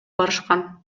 барышкан